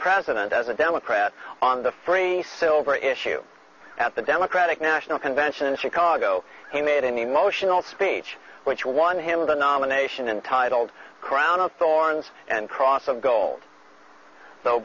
president as a democrat on the frame the silver issue at the democratic national convention in chicago he made an emotional speech which won him the nomination and titled crown of thorns and cross of gold